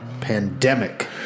pandemic